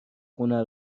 خونه